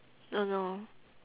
don't know